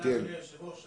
תודה, אדוני היושב-ראש.